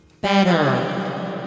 better